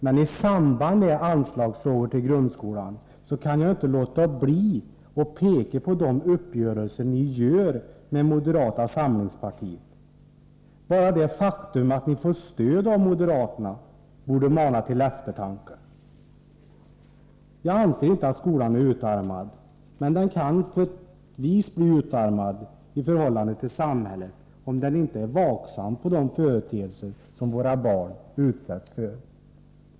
Men i samband med anslagsfrågor till grundskolan kan jag inte låta bli att peka på de uppgörelser ni gör med moderata samlingspartiet. Bara det faktum att ni får stöd av moderaterna borde mana till eftertanke. Jag anser inte att skolan är utarmad, men den kan på ett vis bli blottställd i förhållande till samhället, nämligen om den inte är vaksam på de inflytelser som våra barn utsätts för.